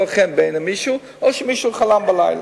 חן בעיני מישהו או שמישהו חלם בלילה.